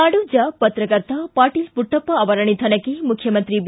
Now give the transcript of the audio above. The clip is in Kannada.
ನಾಡೋಜ ಪತ್ರಕರ್ತ ಪಾಟೀಲ ಪುಟ್ಟಪ್ಪ ಅವರ ನಿಧನಕ್ಕೆ ಮುಖ್ಯಮಂತ್ರಿ ಬಿ